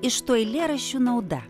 iš tų eilėraščių nauda